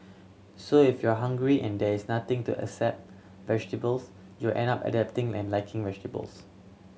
so if you are hungry and there is nothing to accept vegetables you end up adapting and liking vegetables